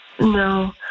No